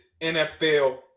NFL